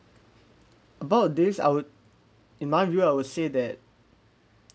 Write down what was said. about this I would in my view I would say that